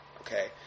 okay